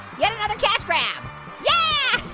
yet another cash grab. yeah!